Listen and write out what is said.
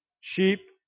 sheep